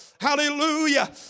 hallelujah